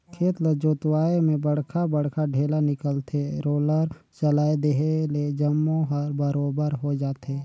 खेत ल जोतवाए में बड़खा बड़खा ढ़ेला निकलथे, रोलर चलाए देहे ले जम्मो हर बरोबर होय जाथे